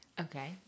Okay